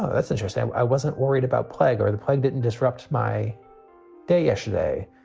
that's interesting. i wasn't worried about plague or the plague didn't and disrupt my day yesterday.